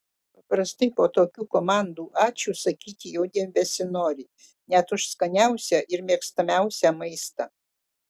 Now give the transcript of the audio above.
paprastai po tokių komandų ačiū sakyti jau nebesinori net už skaniausią ir mėgstamiausią maistą